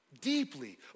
deeply